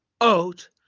out